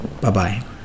bye-bye